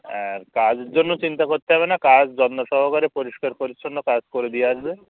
আর কাজের জন্য চিন্তা করতে হবে না কাজ যত্ন সহকারে পরিষ্কার পরিচ্ছন্ন কাজ করে দিয়ে আসবে